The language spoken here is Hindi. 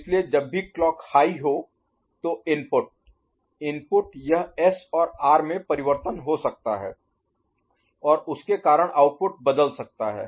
इसलिए जब भी क्लॉक हाई High ऊंची हो तो इनपुट इनपुट यह एस और आर में परिवर्तन हो सकता है और उसके कारण आउटपुट बदल सकता है